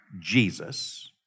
Jesus